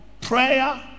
prayer